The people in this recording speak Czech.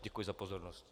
Děkuji za pozornost.